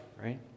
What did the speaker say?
right